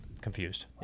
confused